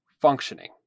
functioning